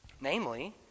Namely